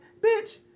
bitch